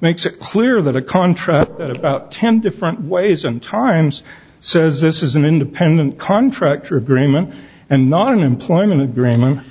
makes it clear that a contract at ten different ways and times says this is an independent contractor agreement and not an employment agreement